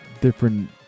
different